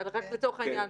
תאמין לי.